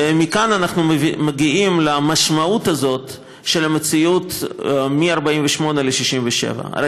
ומכאן אנחנו מגיעים למשמעות הזאת של המציאות מ-1948 עד 1967. הרי